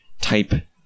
type